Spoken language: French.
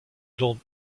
dont